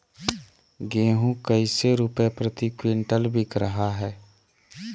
गेंहू कैसे रुपए प्रति क्विंटल बिक रहा है?